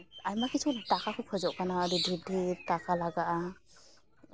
ᱟᱭᱢᱟ ᱠᱤᱪᱷᱩ ᱴᱟᱠᱟ ᱠᱚ ᱠᱷᱚᱡᱚᱜ ᱠᱟᱱᱟ ᱟᱹᱰᱤ ᱰᱷᱮᱨᱼᱰᱷᱮᱨ ᱴᱟᱠᱟ ᱞᱟᱜᱟᱜᱼᱟ